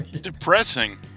Depressing